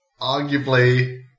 arguably